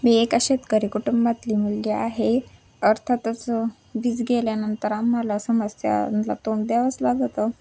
मी एका शेतकरी कुटुंबातली मुलगी आहे अर्थातच वीज गेल्यानंतर आम्हाला समस्यांना तोंड द्यावंच लागतं